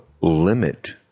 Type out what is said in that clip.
limit